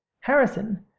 Harrison